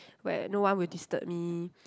where no one will disturb me